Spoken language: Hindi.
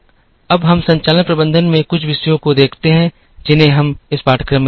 अब हम संचालन प्रबंधन में कुछ विषयों को देखते हैं जिन्हें हम इस पाठ्यक्रम में देखेंगे